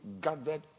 gathered